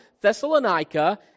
Thessalonica